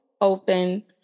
open